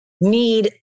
need